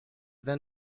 then